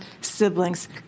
siblings